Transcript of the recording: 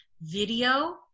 video